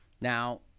Now